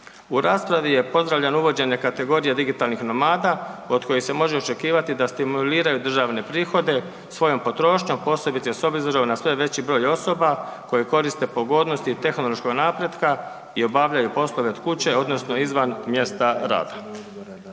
U raspravi je pozdravljeno uvođenje kategorije digitalnih nomada od kojih se može očekivati da stimuliraju državne prihode svojom potrošnjom posebice s obzirom na sve veći broj osoba koje koriste pogodnosti tehnološkog napretka i obavljaju poslove od kuće odnosno izvan mjesta rada.